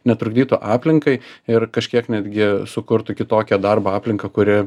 netrukdytų aplinkai ir kažkiek netgi sukurtų kitokią darbo aplinką kuri